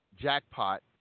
Jackpot